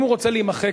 אם הוא רוצה להימחק,